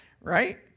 right